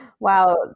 Wow